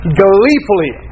gleefully